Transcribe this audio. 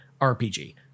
RPG